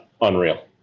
unreal